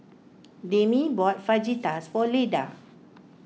Demi bought Fajitas for Leda